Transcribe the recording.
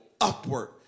upward